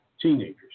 teenagers